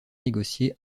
négocié